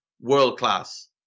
world-class